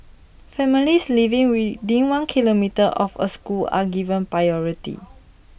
families living within one kilometre of A school are given priority